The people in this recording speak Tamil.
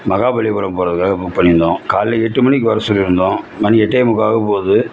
மகாபலிபுரம் போவதுக்காக புக் பண்ணியிருந்தோம் காலையில் எட்டு மணிக்கு வர சொல்லியிருந்தோம் மணி எட்டே முக்கால் ஆகபோகுது